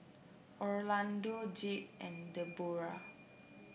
Orlando Jade and Deborah